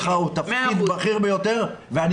התפקיד שלך הוא תפקיד בכיר ביותר ואני